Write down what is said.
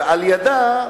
ולידה,